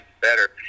better